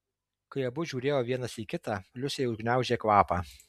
kai abu žiūrėjo vienas į kitą liusei užgniaužė kvapą